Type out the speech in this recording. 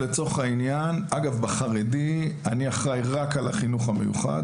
אגב, בחרדי אני אחראי רק על החינוך המיוחד.